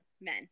men